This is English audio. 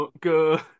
good